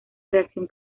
reacción